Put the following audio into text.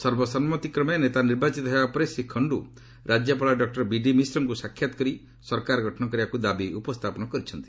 ସର୍ବସମ୍ମତି କ୍ରମେ ନେତା ନିର୍ବାଚିତ ହେବା ପରେ ଶ୍ରୀ ଖଣ୍ଡୁ ରାଜ୍ୟପାଳ ଡକ୍ଟର ବିଡି ମିଶ୍ରଙ୍କୁ ସାକ୍ଷାତ କରି ସରକାର ଗଠନ କରିବାକୁ ଦାବି ଉପସ୍ଥାପନ କରିଛନ୍ତି